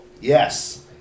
yes